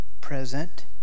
present